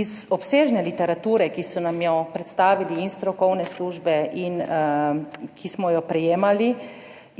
Iz obsežne literature, ki so nam jo predstavile strokovne službe in ki smo jo prejemali